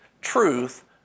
truth